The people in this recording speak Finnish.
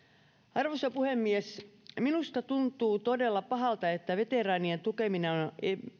arvoisa puhemies minusta tuntuu todella pahalta että veteraanien tukeminen on on